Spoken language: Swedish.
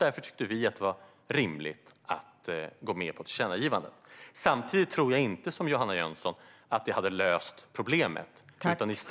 Därför tyckte vi att det var rimligt att gå med på ett tillkännagivande. Samtidigt tror jag inte, som Johanna Jönsson, att det hade löst problemet.